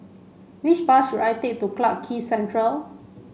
which bus should I take to Clarke Quay Central